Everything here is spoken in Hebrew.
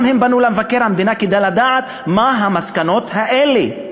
הם גם פנו למבקר המדינה כדי לדעת מה המסקנות האלה.